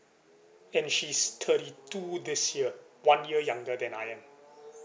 and she's thirty two this year one year younger than I am